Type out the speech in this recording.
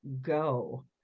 go